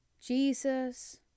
jesus